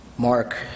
Mark